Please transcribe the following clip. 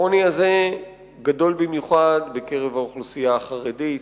העוני הזה גדול במיוחד בקרב האוכלוסייה החרדית,